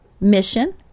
mission